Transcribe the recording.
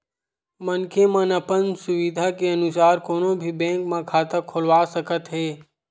मनखे मन अपन सुबिधा के अनुसार कोनो भी बेंक म खाता खोलवा सकत हे